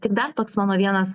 tik dar toks mano vienas